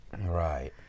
Right